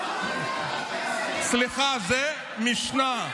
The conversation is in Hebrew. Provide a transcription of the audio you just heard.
שקרן, שקרן, סליחה, זה משנה.